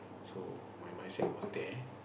so my mindset was there